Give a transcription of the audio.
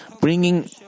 bringing